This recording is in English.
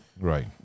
Right